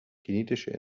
kinetische